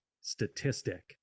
statistic